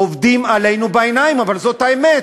עובדים עלינו בעיניים, אבל זאת האמת.